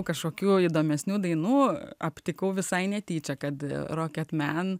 kažkokių įdomesnių dainų aptikau visai netyčia kad